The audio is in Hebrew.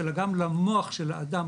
אלא גם למוח של האדם,